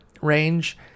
range